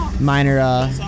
minor